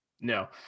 No